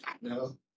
No